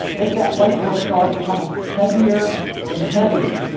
make that white dwarf star become heavier and heavier.